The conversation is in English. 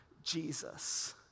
Jesus